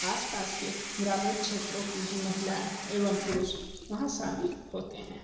आसपास के ग्रामीण क्षेत्रों की भी महिला एवं पुरुष वहाँ शामिल होते हैं